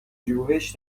پژوهش